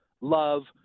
love